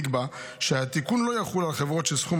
נקבע שהתיקון לא יחול על חברות שסכום